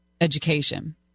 education